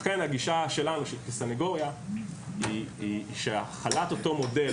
לכן הגישה שלנו כסנגוריה היא שהחלת אותו מודל